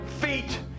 feet